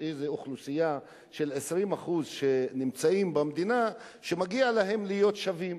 איזו אוכלוסייה של 20% שנמצאים במדינה שמגיע להם להיות שווים.